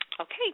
Okay